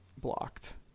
blocked